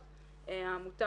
בוועדה,